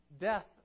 death